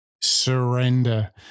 surrender